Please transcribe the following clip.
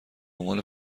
عنوان